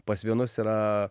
pas vienus yra